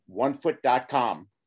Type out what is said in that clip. OneFoot.com